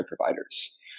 providers